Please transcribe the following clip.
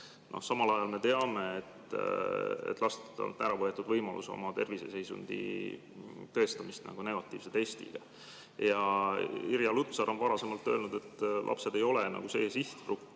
Samal ajal me teame, et lastelt on ära võetud võimalus oma terviseseisundit tõestada negatiivse testiga. Irja Lutsar on varasemalt öelnud, et lapsed ei ole see sihtgrupp.